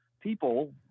people